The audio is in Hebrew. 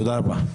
תודה רבה.